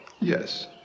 Yes